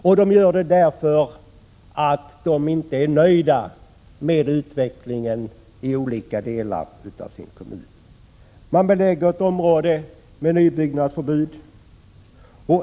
Om kommunförvaltningen inte är nöjd med utvecklingen i någon del av kommunen belägger man området med nybyggnadsförbud.